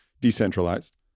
decentralized